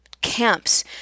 camps